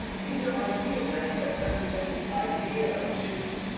these are ideograms that represent the idea of two.